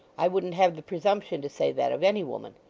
i wouldn't have the presumption to say that of any woman.